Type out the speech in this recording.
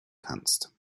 kannst